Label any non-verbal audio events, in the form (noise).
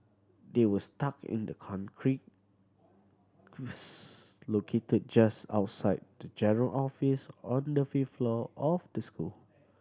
they were stuck in the concrete (unintelligible) located just outside the general office on the fifth floor of the school